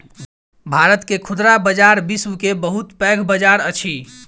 भारत के खुदरा बजार विश्व के बहुत पैघ बजार अछि